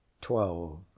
twelve